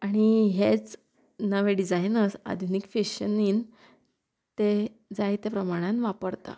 आनी हेच नवे डिजायनस आधुनीक फेशनीन ते जायते प्रमाणान वापरता